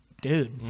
dude